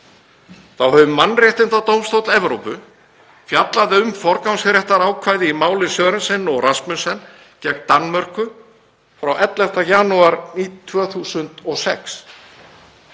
Þá hefur Mannréttindadómstóll Evrópu fjallað um forgangsréttarákvæði í máli Sørensen og Rasmussen gegn Danmörku frá 11. janúar 2006.